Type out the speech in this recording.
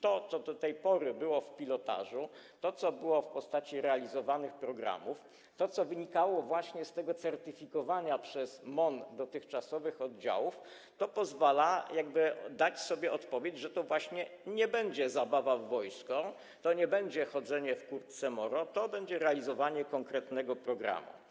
To, co do tej pory było w pilotażu, to, co było w postaci realizowanych programów, to, co wynikało właśnie z tego certyfikowania przez MON dotychczasowych oddziałów, pozwala na odpowiedź, że to nie będzie zabawa w wojsko, to nie będzie chodzenie w kurtce moro, to będzie realizowanie konkretnego programu.